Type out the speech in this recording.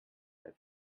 have